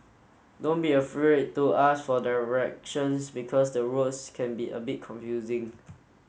don't be afraid to ask for directions because the roads can be a bit confusing